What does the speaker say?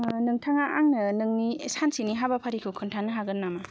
नोंथाङा आंनो नोंनि सानसेनि हाबाफारिखौ खिनथानो हागोन नामा